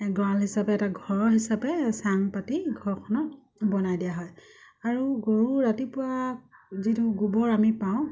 গঁৰাল হিচাপে এটা ঘৰৰ হিচাপে চাং পাতি ঘৰখনত বনাই দিয়া হয় আৰু গৰু ৰাতিপুৱা যিটো গোবৰ আমি পাওঁ